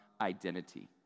identity